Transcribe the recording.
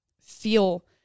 feel